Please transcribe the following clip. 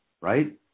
right